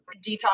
detox